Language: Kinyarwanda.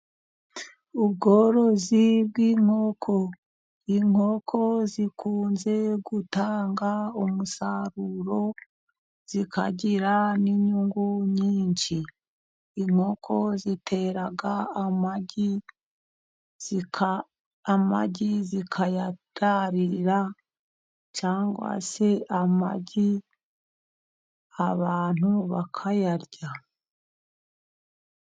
Ubworozi bw'inkoko. Inkoko zikunze gutanga umusaruro zikagira n'inyungu nyinshi. Inkoko zitera amagi, amagi zikayararira cyangwa se amagi abantu bakayarya.